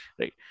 right